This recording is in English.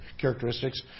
characteristics